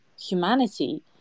humanity